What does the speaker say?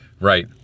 Right